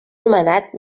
nomenat